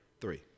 Three